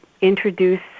introduce